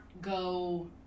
go